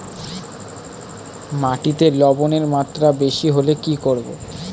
মাটিতে লবণের মাত্রা বেশি হলে কি করব?